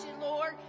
Lord